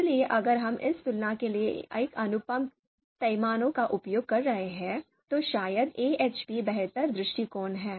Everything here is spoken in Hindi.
इसलिए अगर हम इस तुलना के लिए एक अनुपात पैमाने का उपयोग कर रहे हैं तो शायद AHP बेहतर दृष्टिकोण है